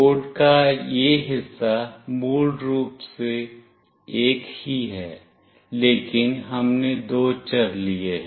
code का यह हिस्सा मूल रूप से एक ही है लेकिन हमने दो चर लिए हैं